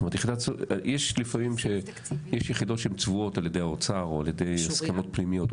יש יחידות שהן צבועות על-ידי האוצר או בהסכמות פנימיות.